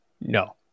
no